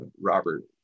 Robert